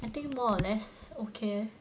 I think more or less okay